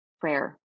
prayer